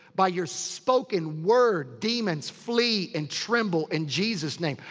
by your spoken word demons flee and tremble in jesus name.